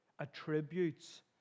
attributes